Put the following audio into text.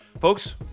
Folks